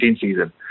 season